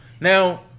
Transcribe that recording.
Now